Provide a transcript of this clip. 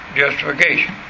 justification